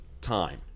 time